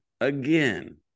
again